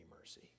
mercy